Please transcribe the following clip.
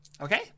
Okay